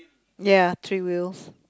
ya three wheels